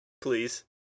please